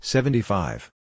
Seventy-five